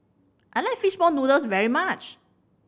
I like fish ball noodles very much